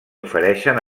ofereixen